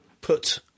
put